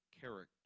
character